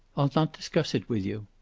i'll not discuss it with you.